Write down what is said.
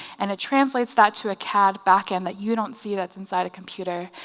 and it translates that to a cad back-end that you don't see that's inside a computer.